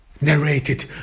narrated